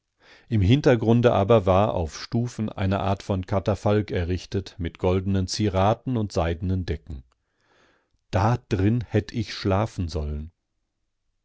im hintergrunde aber war auf stufen eine art von katafalk errichtet mit goldenen zierraten und seidenen decken dadrin hätt ich schlafen sollen